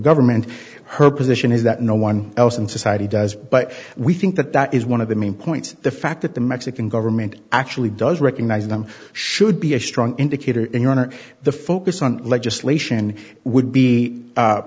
government her position is that no one else in society does but we think that that is one of the main points the fact that the mexican government actually does recognize them should be a strong indicator in your honor the focus on legislation would be